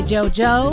Jojo